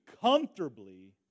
comfortably